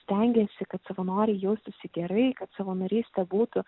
stengėsi kad savanoriai jaustųsi gerai kad savanorystė būtų